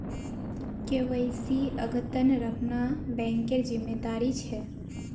केवाईसीक अद्यतन रखना बैंकेर जिम्मेदारी छे